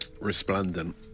Resplendent